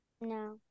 No